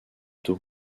tôt